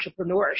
entrepreneurship